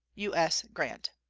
u s. grant.